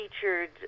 featured